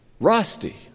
rusty